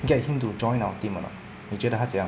get him to join our team or not 你觉得他怎样